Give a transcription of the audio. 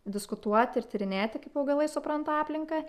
diskutuoti ir tyrinėti kaip augalai supranta aplinką